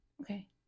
Okay